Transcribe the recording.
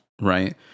right